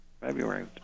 February